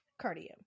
Cardio